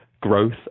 growth